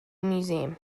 museum